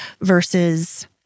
versus